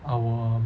our